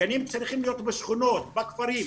גנים צריכים להיות בשכונות, בכפרים,